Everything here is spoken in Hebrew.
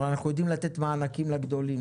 הרי אנחנו יודעים לתת מענקים לגדולים,